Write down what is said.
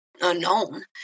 unknown